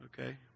Okay